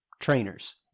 trainers